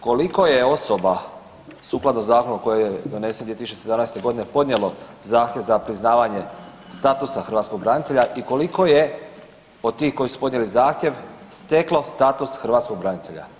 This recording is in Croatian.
Koliko je osoba sukladno zakonu koji je donesen iz 2017. g. podnijelo zahtjev za priznavanje statusa hrvatskog branitelja i koliko je od tih koji su podnijeli zahtjev, steklo status hrvatskog branitelja?